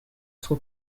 suo